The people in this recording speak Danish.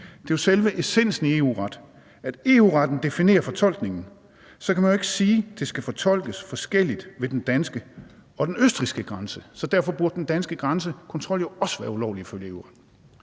Det er selve essensen af EU-ret, at EU-retten definerer fortolkningen. Så kan man jo ikke sige, det skal fortolkes forskelligt ved den danske og den østrigske grænse, og derfor burde den danske grænsekontrol også være ulovlig, ifølge EU-retten.